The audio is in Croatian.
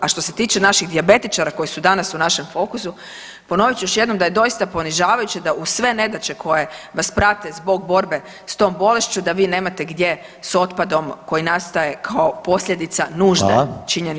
A što se tiče naših dijabetičara koji su danas u našem fokusu ponovit ću još jednom da je doista ponižavajuće da uz sve nedaće koje vas prate zbog borbe s tom bolešću da vi nemate gdje s otpadom koji nastaje kao posljedica nužde, činjenica da ste bolesni.